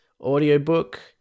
audiobook